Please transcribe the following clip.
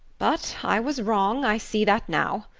but i was wrong i see that now.